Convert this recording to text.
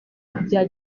bya